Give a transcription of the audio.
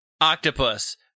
octopus